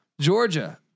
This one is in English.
Georgia